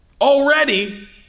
already